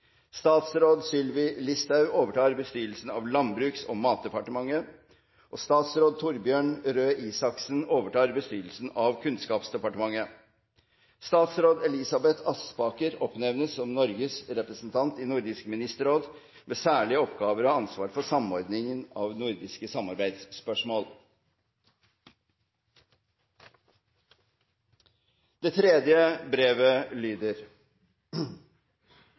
Statsråd Sylvi Listhaug overtar bestyrelsen av Landbruks- og matdepartementet. Statsråd Torbjørn Røe Isaksen overtar bestyrelsen av Kunnskapsdepartementet. Statsråd Elisabeth Aspaker oppnevnes som Norges representant i Nordisk Ministerråd med den særlige oppgave å ha ansvaret for samordningen av nordiske samarbeidsspørsmål.» Det tredje brevet lyder: